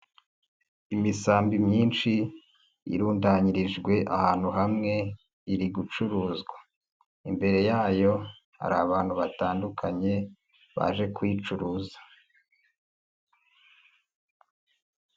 Imisambi myinshi irundanyirijwe ahantu hamwe, iri gucuruzwa. imbere yayo hari abantu batandukanye baje kuyicuruza.